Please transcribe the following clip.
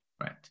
Right